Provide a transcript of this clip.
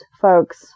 folks